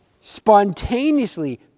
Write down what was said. spontaneously